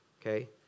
Okay